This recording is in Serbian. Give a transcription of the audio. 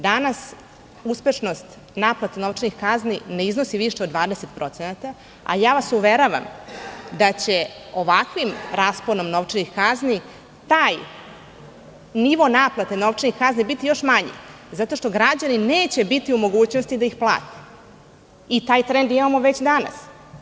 Danas uspešnost naplate novčanih kazni ne iznosi više od 20% a ja vas uveravam da će ovakvim rasponom novčanih kazni taj nivo naplate novčanih kazni biti još manji, zato što građani neće biti u mogućnosti da ih plate i taj trend imamo već danas.